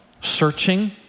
searching